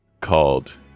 called